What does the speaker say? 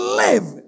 live